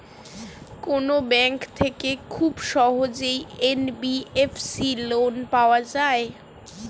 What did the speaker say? কোন ব্যাংক থেকে খুব সহজেই এন.বি.এফ.সি লোন পাওয়া যায়?